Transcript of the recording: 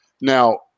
Now